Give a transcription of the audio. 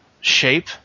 shape